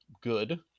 good